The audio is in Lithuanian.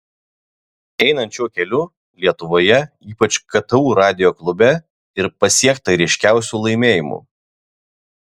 einant šiuo keliu lietuvoje ypač ktu radijo klube ir pasiekta ryškiausių laimėjimų